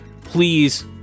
Please